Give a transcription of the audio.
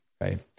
right